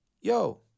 Yo